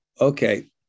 Okay